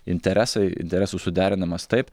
interesai interesų suderinimas taip